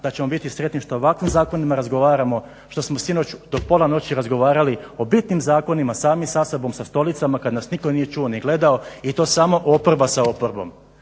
da ćemo biti sretni što o ovakvim zakonima razgovaramo, što smo sinoć do pola noći razgovarali o bitnim zakonima sami sa sobom, sa stolicama, kad nas nitko nije čuo ni gledao i to samo oporba sa oporbom.